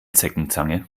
zeckenzange